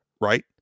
right